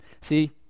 See